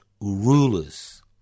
rulers